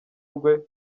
rwe